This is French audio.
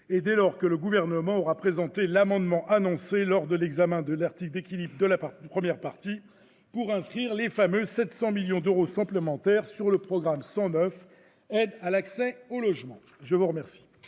et dès lors que le Gouvernement aura présenté l'amendement annoncé lors de l'examen de l'article d'équilibre visant à inscrire 700 millions d'euros supplémentaires sur le programme 109, « Aide à l'accès au logement ». La parole